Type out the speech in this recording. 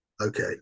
okay